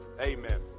Amen